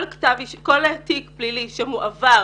כל תיק פלילי שהועבר